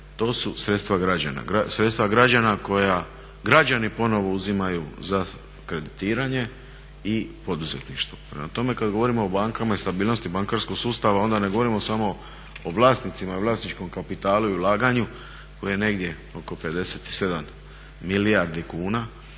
to su sredstva građana koja građani ponovno uzimaju za kreditiranje i poduzetništvo. Prema tome, kad govorimo o bankama i stabilnost bankarskog sustava onda ne govorimo samo o vlasnicima i vlasničkom kapitalu i ulaganju koje je negdje oko 57 milijardi kuna,